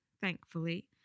thankfully—